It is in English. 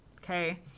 Okay